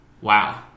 Wow